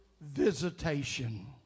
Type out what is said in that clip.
visitation